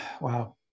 wow